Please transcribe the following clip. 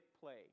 play